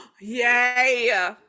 Yay